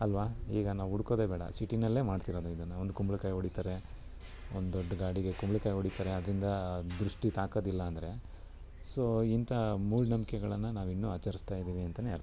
ಅಲ್ವ ಈಗ ನಾವು ಹುಡ್ಕೋದೆ ಬೇಡ ಸಿಟಿಯಲ್ಲೇ ಮಾಡ್ತಿರೋದು ಇದನ್ನು ಒಂದು ಕುಂಬಳ್ಕಾಯಿ ಹೊಡಿತಾರೆ ಒಂದು ದೊಡ್ಡ ಗಾಡಿಗೆ ಕುಂಬಳ್ಕಾಯಿ ಹೊಡಿತಾರೆ ಅದರಿಂದ ದೃಷ್ಟಿ ತಾಕೋದಿಲ್ಲ ಅಂದರೆ ಸೊ ಇಂಥ ಮೂಢನಂಬ್ಕೆಗಳನ್ನು ನಾವಿನ್ನೂ ಆಚರಿಸ್ತಾ ಇದ್ದೀವಿ ಅಂತಲೇ ಅರ್ಥ